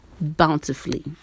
bountifully